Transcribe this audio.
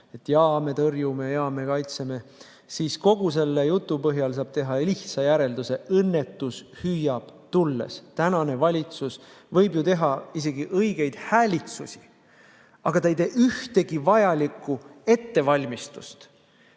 jaa, me tõrjume, jaa, me kaitseme –, siis kogu selle jutu põhjal saab teha lihtsa järelduse: õnnetus hüüab tulles. Tänane valitsus võib ju teha isegi õigeid häälitsusi, aga ta ei tee ühtegi vajalikku ettevalmistust